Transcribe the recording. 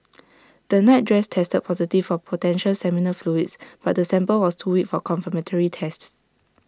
the nightdress tested positive for potential seminal fluids but the sample was too weak for confirmatory tests